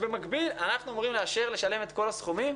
במקביל, אנחנו אמורים לאשר לשלם את כל הסכומים?